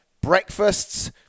breakfasts